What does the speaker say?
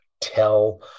Tell